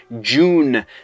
June